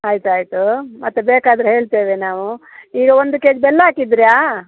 ಆಯ್ತು ಆಯಿತು ಮತ್ತೆ ಬೇಕಾದರೆ ಹೇಳ್ತೇವೆ ನಾವು ಈಗ ಒಂದು ಕೆ ಜ್ ಬೆಲ್ಲ ಹಾಕಿದ್ರಾ